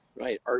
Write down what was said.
Right